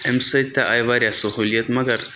اَمہِ سۭتۍ تہِ آیہِ واریاہ سہوٗلِیَت مگر